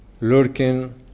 lurking